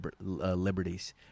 liberties